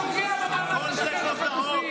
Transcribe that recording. פוגע במאבק לשחרר את החטופים,